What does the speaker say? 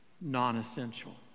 non-essential